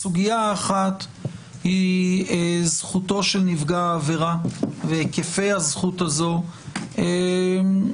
הסוגיה האחת היא זכותו של נפגע עבירה והיקפי הזכות הזאת לדעת